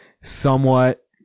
somewhat